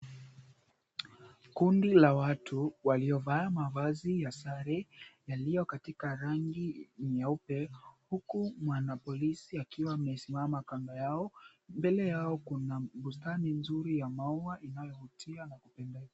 Kundi la watu waliovaa mavazi ya sare, yaliyo katika rangi nyeupe. Huku mwana polisi akiwa amesimama kando yao. Mbele yao kuna bustani nzuri ya maua, inayovutia na kupendeza.